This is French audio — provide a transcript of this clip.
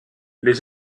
les